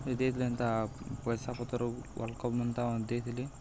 ଏ ଦେଇଥିଲେ ହେନ୍ତା ପଏସା ପତର୍ ୱାର୍ଲ୍ଡ କପ୍ ହେନ୍ତା ଦେଇଥିଲେ